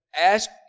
ask